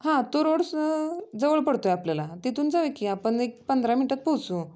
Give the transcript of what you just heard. हा तो रोड जवळ स् पडतो आहे आपल्याला तिथून जाऊ या की आपण एक पंधरा मिनटात पोहचू